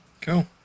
Cool